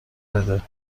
بده